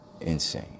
Insane